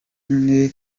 rero